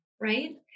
right